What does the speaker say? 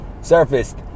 surfaced